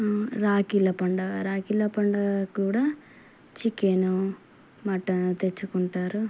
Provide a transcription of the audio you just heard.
రాఖీల పండగ రాఖీల పండగ కూడా చికెను మటన్ తెచ్చుకుంటారు